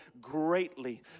greatly